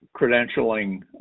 credentialing